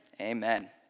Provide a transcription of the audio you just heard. amen